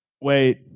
wait